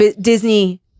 Disney